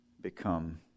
become